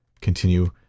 continue